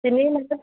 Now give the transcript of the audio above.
চিনি নাই